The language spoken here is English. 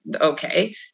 okay